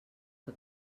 que